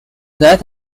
that